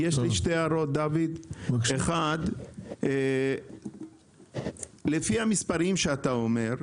יש לי שתי הערות: 1. לפי המספרים שאתה אומר,